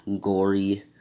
gory